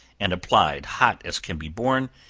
and applied hot as can be borne,